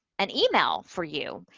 an e mail for you,